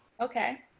okay